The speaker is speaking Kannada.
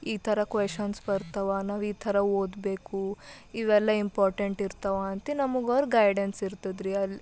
ಈ ಥರ ಕ್ವಶನ್ಸ್ ಬರ್ತವ ನಾವು ಈ ಥರ ಓದಬೇಕು ಇವೆಲ್ಲ ಇಂಪಾರ್ಟೆಂಟಿರ್ತಾವ ಅಂತ ನಮಗೆ ಅವ್ರ್ ಗೈಡೆನ್ಸ್ ಇರ್ತದ ರೀ ಅಲ್ಲಿ